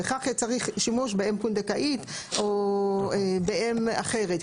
וכך צריך שימוש באם פונדקאית או באם אחרת.